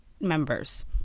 members